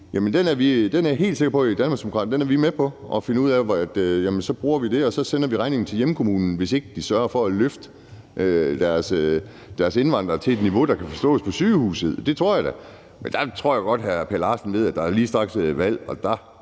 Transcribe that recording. er med på, og så bruger vi det, og så sender vi regningen til hjemkommunen, hvis ikke de sørger for at løfte deres indvandrere til et niveau, der kan forstås på sygehuset. Det tror jeg da. Men der tror jeg godt, at hr. Per Larsen ved, at der lige straks er valg,